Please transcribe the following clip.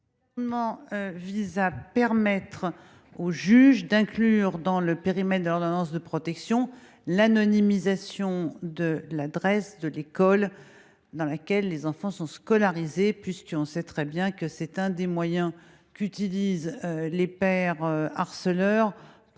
Cet amendement tend à permettre au juge d’inclure dans le périmètre de l’ordonnance de protection l’anonymisation de l’adresse de l’école dans laquelle les enfants sont scolarisés. Nous le savons, il s’agit de l’un des moyens qu’utilisent les pères harceleurs pour